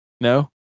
No